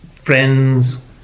Friends